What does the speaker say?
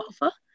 offer